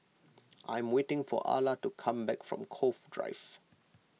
I am waiting for Alla to come back from Cove Drive